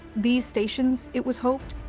these stations, it was hoped,